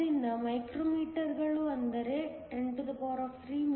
ಆದ್ದರಿಂದ ಮೈಕ್ರೊಮೀಟರ್ಗಳು ಅಂದರೆ 10 3 mm2